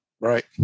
Right